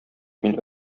мин